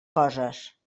coses